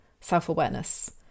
self-awareness